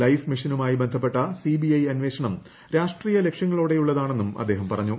life മിഷനുമായി ബന്ധപ്പെട്ട CBI അന്വേഷണം രാഷ്ട്രീയ ലക്ഷൃങ്ങ ളോടെയുള്ളതാണെന്നും അദ്ദേഹം പറഞ്ഞു